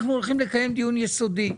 אנחנו הולכים לקיים דיון יסודי.